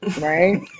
right